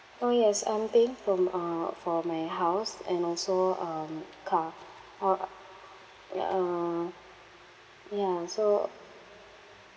orh yes I'm paying for um uh for my house and also um car uh ya uh ya so